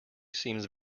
seems